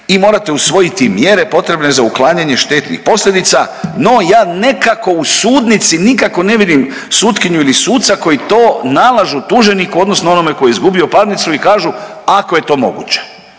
i morate usvojiti mjere potrebne za uklanjanje štetnih posljedica, no ja nekako u sudnici nikako ne vidim sutkinju ili suca koji to nalažu tuženiku odnosno onome ko je izgubio parnicu i kažu „ako je to moguće“,